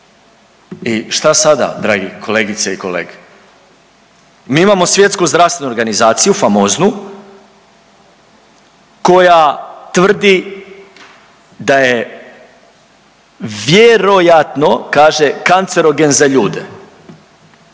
I šta sada dragi kolegice i kolege? Mi imamo Svjetsku zdravstvenu organizaciju famoznu koja tvrdi da je vjerojatno kaže kancerogen za ljude.